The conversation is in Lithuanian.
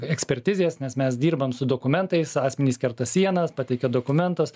ekspertizės nes mes dirbam su dokumentais asmenys kerta sienas pateikia dokumentus